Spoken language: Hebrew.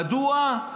מדוע?